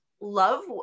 love